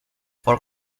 for